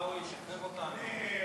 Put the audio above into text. עיסאווי, שחרר אותנו.